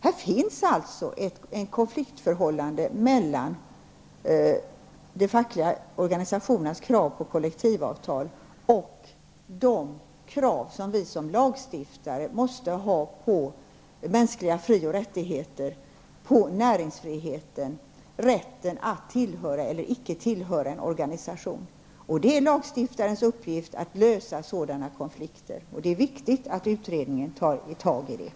Här finns alltså ett konfliktförhållande mellan de fackliga organisationernas krav på kollektivavtal och de krav som vi som lagstiftare måste ha på mänskliga fri och rättigheter, på näringsfriheten, rätten att tillhöra eller inte tillhöra en organisation. Det är lagstiftarens uppgift att lösa sådana konflikter, och det är viktigt att utredningen tar tag i detta.